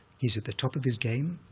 he's at the top of his game.